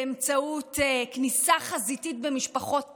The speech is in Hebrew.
באמצעות כניסה חזיתית במשפחות פשע,